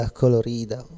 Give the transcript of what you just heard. colorida